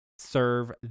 serve